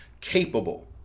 capable